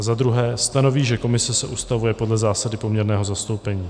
za druhé stanoví, že komise se ustavuje podle zásady poměrného zastoupení.